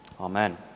Amen